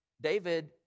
David